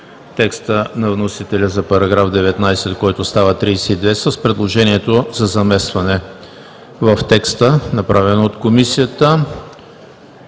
текста на вносителя за § 19, който става § 32 с предложението за заместване в текста, направено от Комисията;